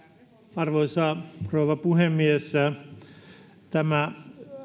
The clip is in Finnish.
arvoisa rouva puhemies tämä